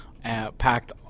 packed